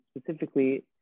specifically